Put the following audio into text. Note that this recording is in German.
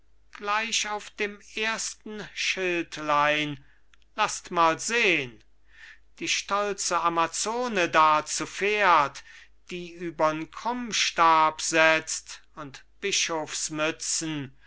gleich auf dem ersten schildlein laßt mal sehn die stolze amazone da zu pferd die übern krummstab setzt und bischofsmützen